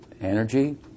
energy